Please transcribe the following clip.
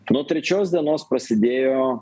nuo trečios dienos prasidėjo